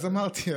אז אמרתי,